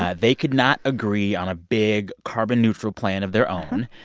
ah they could not agree on a big carbon-neutral plan of their own.